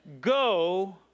go